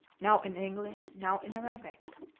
now in english, now in arabic.